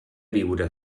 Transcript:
viure